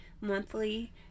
monthly